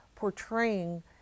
Portraying